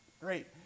great